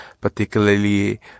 particularly